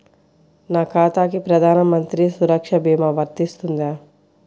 నా ఖాతాకి ప్రధాన మంత్రి సురక్ష భీమా వర్తిస్తుందా?